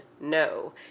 no